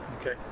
Okay